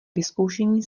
vyzkoušení